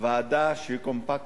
אין ועדה קומפקטית,